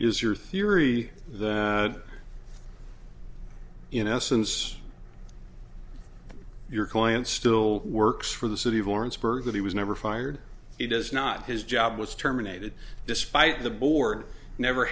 is your theory that in essence your client still works for the city of lawrenceburg that he was never fired he does not his job was terminated despite the board never